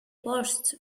burst